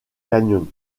canyon